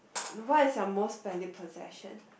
what is your most valued possession